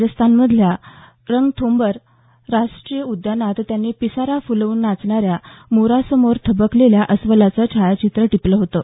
राजस्थानातल्या रणथंबोर राष्ट्रीय उद्यानात त्यांनी पिसारा फुलवून नाचणाऱ्या मोरासमोर थबकलेल्या अस्वलाचं छायाचित्र टिपलं होतं